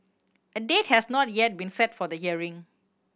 a date has not yet been set for the hearing